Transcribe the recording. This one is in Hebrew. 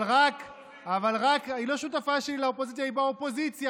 השותפה שלך לאופוזיציה.